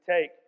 take